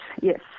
yes